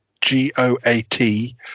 G-O-A-T